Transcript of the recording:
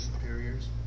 superiors